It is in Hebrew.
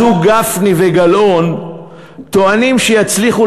הזוג גפני וגלאון טוענים שיצליחו,